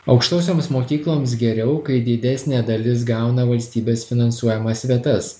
aukštosioms mokykloms geriau kai didesnė dalis gauna valstybės finansuojamas vietas